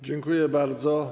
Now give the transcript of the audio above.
Dziękuję bardzo.